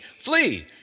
flee